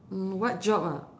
mm what job ah